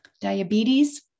diabetes